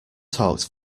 talked